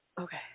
Okay